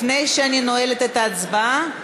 לפני שאני נועלת את ההצבעה?